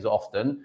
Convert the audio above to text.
often